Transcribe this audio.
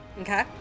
Okay